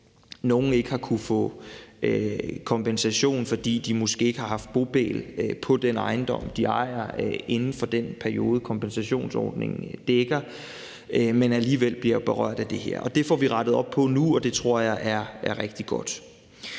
nogle ikke har kunnet få kompensation, fordi de måske ikke har haft bopæl på den ejendom, de ejer, inden for den periode, kompensationsordningen dækker, men alligevel bliver berørt af det her. Det får vi rettet op på nu, og det tror jeg er rigtig godt.